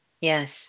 Yes